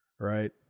right